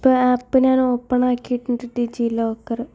ആ ആപ്പ് ഞാൻ ഓപ്പൺ ആക്കീട്ടുണ്ട് ഡിജി ലോക്കറ്